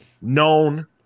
known